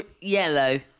yellow